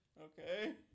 Okay